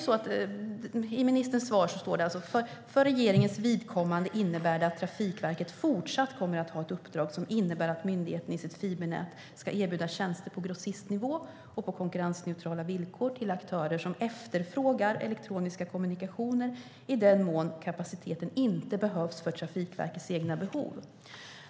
I ministerns svar står det: "För regeringens vidkommande innebär det att Trafikverket fortsatt kommer att ha ett uppdrag som innebär att myndigheten i sitt fibernät ska erbjuda tjänster på grossistnivå och på konkurrensneutrala villkor till aktörer som efterfrågar elektroniska kommunikationer, i den mån kapaciteten inte behövs för Trafikverkets egna behov."